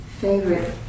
favorite